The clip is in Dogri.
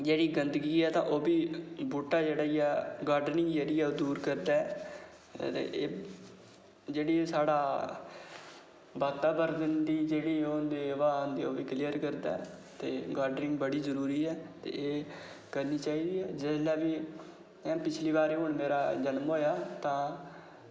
जे्ह्ड़ी गंदगी ते बूह्टा जेह्ड़ा ऐ गार्डनिंग जेह्ड़ी ऐ ओह् दूर करदा ऐ ते एह् जेह्ड़ी साढ़ा वातावरण ऐ उनेंगी क्लीयर करदा ते गार्डनिंग बड़ी जरूरी ऐ ते एह् करनी चाहिदी जिसलै बी पिच्छली बार बी गर्मियें गी तां